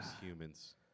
humans